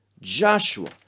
joshua